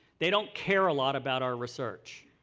they don't care a lot about our research.